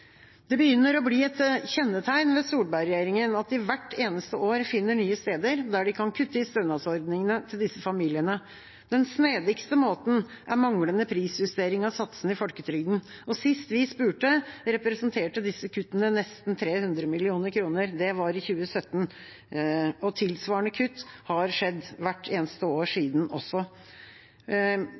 Det begynner å bli et kjennetegn ved Solberg-regjeringa at de hvert eneste år finner nye steder der de kan kutte i stønadsordningene til disse familiene. Den snedigste måten er manglende prisjustering av satsene i folketrygden. Sist vi spurte, representerte disse kuttene nesten 300 mill. kr. Det var i 2017. Og tilsvarende kutt har skjedd hvert eneste år siden det. Det har også